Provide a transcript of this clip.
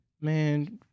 man